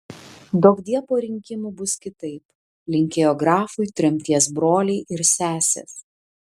duokdie po rinkimų bus kitaip linkėjo grafui tremties broliai ir sesės